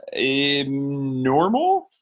normal